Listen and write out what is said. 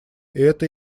это